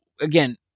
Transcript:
again